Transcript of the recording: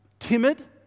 timid